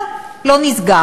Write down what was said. לא, לא נסגר.